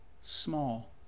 small